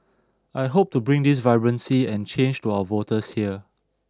I hope to bring this vibrancy and change to our voters here